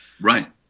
Right